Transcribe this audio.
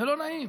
זה לא נעים.